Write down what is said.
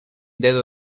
dedo